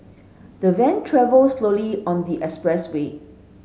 the van travelled slowly on the expressway